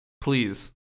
please